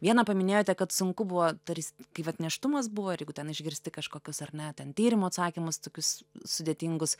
vieną paminėjote kad sunku buvo tarsi kai vat nėštumas buvo ir jeigu ten išgirsti kažkokius ar ne ten tyrimo atsakymus tokius sudėtingus